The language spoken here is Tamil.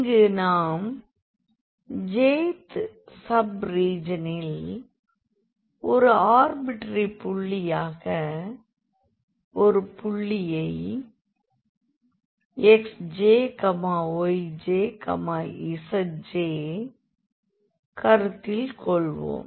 இங்கு நாம் j'th சப் ரீஜியனில் ஒரு ஆர்பிற்றரி புள்ளியாக ஒரு புள்ளியை xjyjzj கருத்தில் கொள்வோம்